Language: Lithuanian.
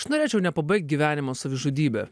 aš norėčiau nepabaigt gyvenimo savižudybe